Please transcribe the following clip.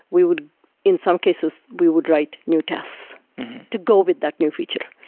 we would in some cases we would write new tests to go with that new feature.